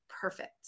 perfect